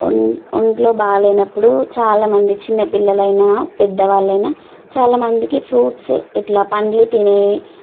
ఓ ఒంట్లో బాగాలేనప్పుడు చాలామంది చిన్న పిల్లలైనా పెద్దవాళ్ళు అయినా చాలామందికి ఫ్రూట్స్ ఇట్లా పండ్లు తినే